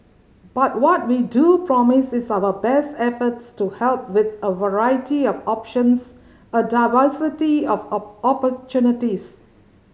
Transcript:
but what we do promise is our best efforts to help with a variety of options a diversity of opportunities